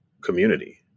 community